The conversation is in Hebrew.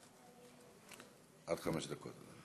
עד חמש דקות.